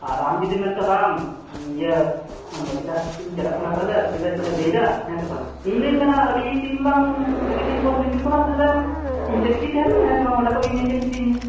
ᱟᱨ ᱟᱢ ᱡᱩᱫᱤᱢ ᱢᱮᱱᱠᱷᱟᱱ ᱵᱟᱝ ᱤᱭᱟᱹ ᱵᱟ ᱯᱤᱫᱟ ᱥᱮᱫ ᱤᱧ ᱪᱟᱞᱟᱜ ᱠᱟᱱᱟ ᱛᱚᱵᱮ ᱨᱩᱵᱤᱫᱟ ᱪᱮᱫ ᱮ ᱞᱟ ᱭᱮᱫᱟ ᱦᱮᱸ ᱥᱮ ᱵᱟᱝ ᱤᱧᱫᱚᱹᱧ ᱢᱮᱱᱟ ᱟ ᱰᱤ ᱫᱤᱱᱞᱟᱝ ᱟ ᱰᱤᱫᱤᱱ ᱯᱚᱨᱮᱢ ᱦᱤᱡᱩᱜ ᱠᱟᱱᱟ ᱛᱟᱦᱮᱞᱮᱢ ᱤᱧ ᱴᱷᱮᱱ ᱜᱮ ᱛᱟᱦᱮᱱ ᱢᱮ ᱦᱮ ᱥᱮ ᱵᱟᱝ ᱚᱸᱰᱮ ᱠᱷᱚᱡ ᱜᱮ ᱧᱮᱧᱮᱞᱤᱧ ᱤᱫᱤᱢᱮᱭᱟ